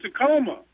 Tacoma